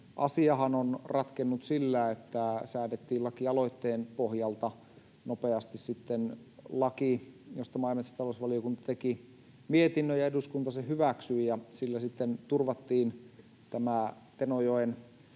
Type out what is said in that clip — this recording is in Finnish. asiahan on ratkennut sillä, että säädettiin lakialoitteen pohjalta nopeasti sitten laki, josta maa- ja metsätalousvaliokunta teki mietinnön, ja eduskunta sen hyväksyi, ja sillä sitten turvattiin tämä Tenojoen